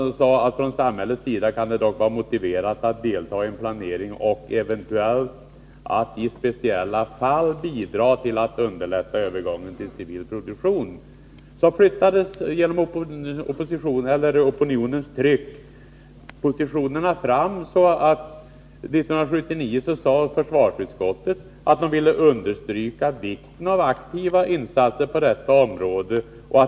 Från samhällets sida kan det dock vara motiverat att delta i en planering och eventuellt att i speciella fall bidra till att underlätta övergången till civil produktion.” Så flyttades genom opinionens tryck positionerna fram, så att försvarsutskottet 1979 sade att man ville ”understryka vikten av aktiva insatser på detta område.